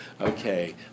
Okay